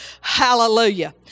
hallelujah